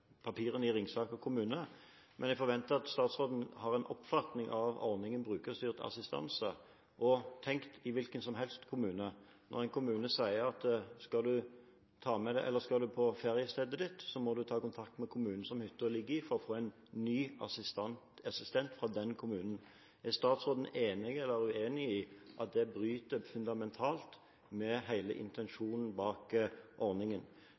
papirene i Ringsaker kommune, men jeg forventer at statsråden har en oppfatning av ordningen brukerstyrt assistanse og har tenkt over det at en hvilken som helst kommune sier: Skal du på feriestedet ditt, må du ta kontakt med kommunen som hytta ligger i, for å få en ny assistent fra den kommunen. Er statsråden enig eller uenig i at dette bryter fundamentalt med hele intensjonen bak ordningen?